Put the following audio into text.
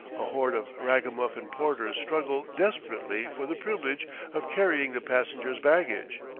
a horde of ragamuffin porters struggle desperately for the privilege of carrying the passengers' baggage.